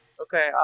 Okay